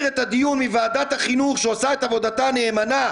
את הדיון מוועדת החינוך שעושה את עבודתה נאמנה,